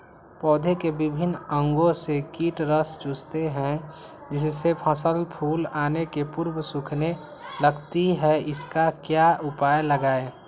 पौधे के विभिन्न अंगों से कीट रस चूसते हैं जिससे फसल फूल आने के पूर्व सूखने लगती है इसका क्या उपाय लगाएं?